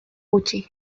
gutxi